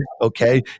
okay